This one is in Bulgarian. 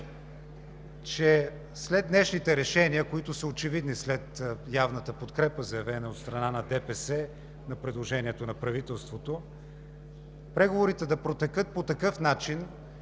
че след днешните решения, които са очевидни след явната подкрепа, заявена от страна на ДПС, на предложението на правителството, преговорите да протекат по такъв начин,